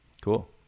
Cool